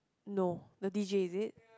no the d_j is it